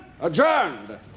adjourned